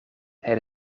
het